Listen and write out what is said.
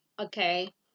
okay